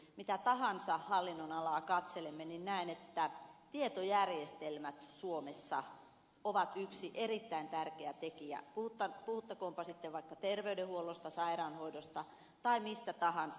mitä tahansa hallinnonalaa katselemme niin näen että tietojärjestelmät suomessa ovat yksi erittäin tärkeä tekijä puhuttakoonpa sitten vaikka terveydenhuollosta sairaanhoidosta tai mistä tahansa